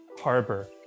Harbor